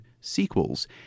sequels